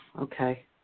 okay